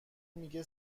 میگه